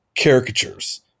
caricatures